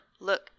look